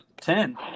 Ten